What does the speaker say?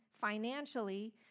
financially